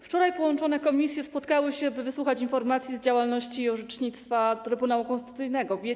Wczoraj połączone komisje spotkały się, by wysłuchać informacji z działalności i orzecznictwa Trybunału Konstytucyjnego.